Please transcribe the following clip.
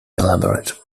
elaborate